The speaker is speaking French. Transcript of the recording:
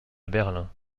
berlin